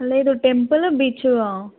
లేదు temple beach